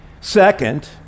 Second